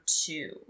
two